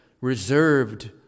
reserved